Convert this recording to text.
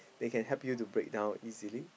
they can help you to break down easily